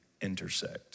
intersect